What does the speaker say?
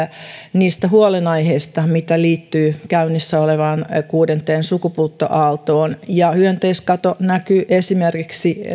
niistä huolenaiheista mitä liittyy käynnissä olevaan kuudenteen sukupuuttoaaltoon ja hyönteiskato näkyy myös esimerkiksi